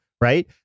right